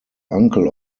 uncle